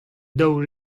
daou